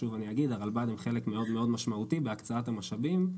הרלב"ד הם חלק מאוד-מאוד משמעותי בהקצאת המשאבים.